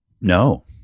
No